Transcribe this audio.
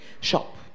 shop